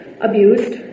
abused